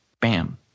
bam